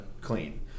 clean